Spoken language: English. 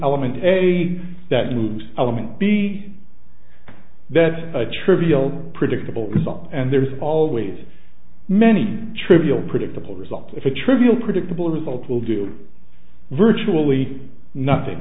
element a that moves element b that's a trivial predictable result and there's always many trivial predictable results if a trivial predictable result will do virtually nothing